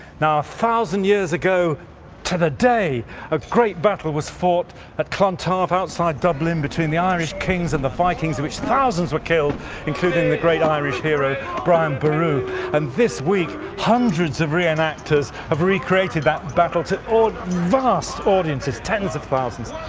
now a thousand years ago to the day a great battle was fought at clontarf outside dublin between the irish kings and the vikings inwhich thousands were killed including the great irish hero brian boru and this week hundreds of re-enactors have recreated that battle to vast audiences tens of thousands